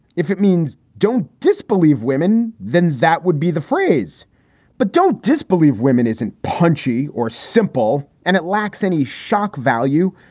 if it means don't disbelieve women, then that would be the phrase but don't disbelieve women isn't punchy or simple and it lacks any shock value.